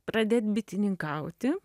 pradėt bitininkauti